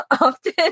often